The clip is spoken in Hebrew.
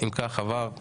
הצבעה בעד,